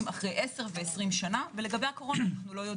אחרי 10 ו-20 שנה ולגבי הקורונה אנו לא יודעים.